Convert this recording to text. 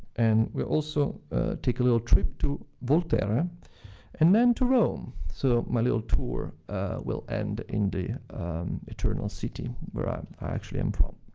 and we'll also take a little trip to volterra and then to rome. so my little tour will end in the eternal city, where i actually am from.